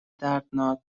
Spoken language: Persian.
دردناک